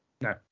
no